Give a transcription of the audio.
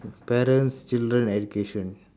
better student education